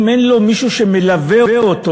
אם אין לו מישהו שמלווה אותו,